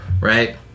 right